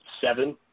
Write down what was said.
seven